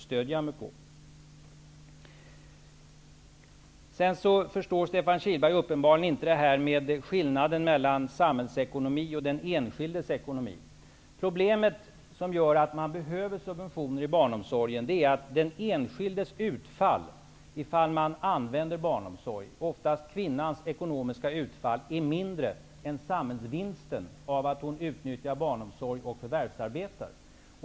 Stefan Kihlberg förstår uppenbarligen inte det här med samhällsekonomi och den enskildes eko nomi. Det som gör att subventioner behövs när det gäller barnomsorgen är att den enskildes ut fall -- oftast kvinnans ekonomiska utfall -- är mindre än samhällsvinsten, om man använder barnomsorg när man förvärvsarbetar.